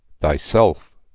Thyself